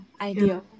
idea